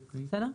בסדר?